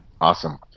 Awesome